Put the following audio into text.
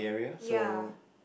ya